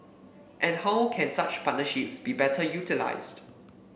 and how can such partnerships be better utilised